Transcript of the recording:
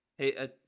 Hey